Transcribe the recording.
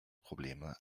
probleme